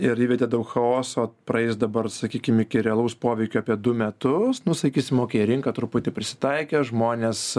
ir įvedė daug chaoso praeis dabar sakykim iki realaus poveikio apie du metus nu sakysim okėj rinka truputį prisitaikė žmonės